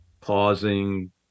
pausing